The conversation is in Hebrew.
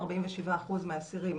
47% מהאסירים